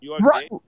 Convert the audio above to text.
Right